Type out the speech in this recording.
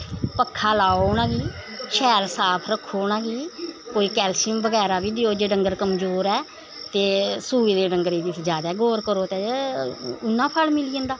पक्खा लाओ उनां गी शैल साफ रक्खो उनां गी कोई कैल्शियम बगैरा बी देओ जे डंगर कमजोर ऐ ते सूए दे डंगरे गी किश जादा गौर करो ते उन्ना फल मिली जंदा